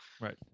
Right